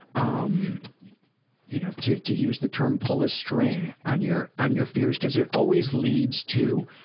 um you know, to to use the term pull a string on your on your fears, because it always leads to